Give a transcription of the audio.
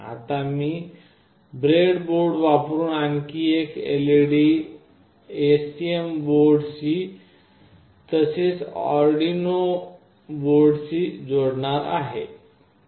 आता मी ब्रेडबोर्ड वापरुन आणखी एक LED एसटीएम बोर्डाशी तसेच अर्डिनो बोर्डाशी जोडणार आहे